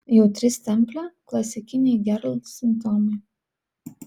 jautri stemplė klasikiniai gerl simptomai